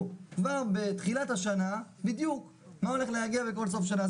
כבר בתחילת השנה בדיוק מה הולך להגיע בכל סוף שנה.